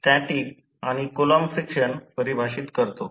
आणि येथेच VSC ISC cos 𝚽sc WSC दुसर्या गोष्टी म्हणतात